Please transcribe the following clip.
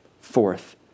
Fourth